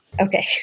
Okay